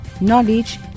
knowledge